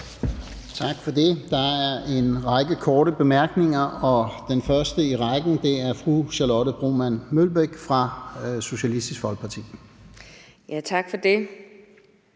Tak for det. Der er en række korte bemærkninger, og den første i rækken er fra fru Charlotte Broman Mølbæk fra Socialistisk Folkeparti. Kl.